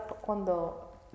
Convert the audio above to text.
cuando